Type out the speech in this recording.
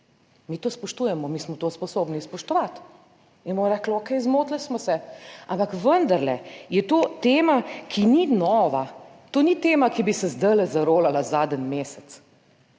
mi to spoštujemo, mi smo to sposobni spoštovati in bomo rekli, okej, zmotili smo se, ampak vendarle je to tema, ki ni nova, to ni tema, ki bi se zdajle zarolala zadnji mesec.